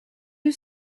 you